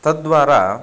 तद्वारा